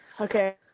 Okay